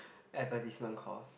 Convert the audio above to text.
advertisement course